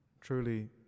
Truly